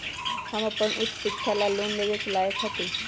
हम अपन उच्च शिक्षा ला लोन लेवे के लायक हती?